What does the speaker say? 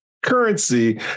currency